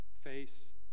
face